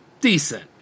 decent